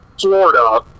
Florida